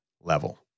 level